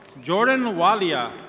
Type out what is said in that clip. jordan waliya.